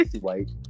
white